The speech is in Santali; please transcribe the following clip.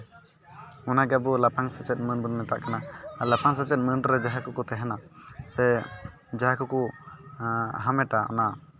ᱚᱱᱟ ᱜᱮ ᱟᱵᱚ ᱞᱟᱯᱷᱟᱝ ᱥᱮᱪᱮᱫ ᱢᱟᱹᱱ ᱵᱚᱱ ᱢᱮᱛᱟᱜ ᱠᱟᱱᱟ ᱟᱨ ᱞᱟᱯᱷᱟᱝ ᱥᱮᱪᱮᱫ ᱢᱟᱹᱱ ᱨᱮ ᱡᱟᱦᱟᱸᱭ ᱠᱚᱠᱚ ᱛᱟᱦᱮᱱᱟ ᱥᱮ ᱡᱟᱦᱟᱸᱭ ᱠᱚᱠᱚ ᱦᱟᱢᱮᱴᱟ ᱚᱱᱟ